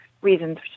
reasons